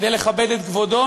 כדי לכבד את כבודו,